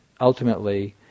ultimately